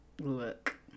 Look